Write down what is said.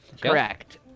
Correct